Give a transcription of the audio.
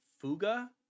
fuga